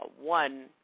one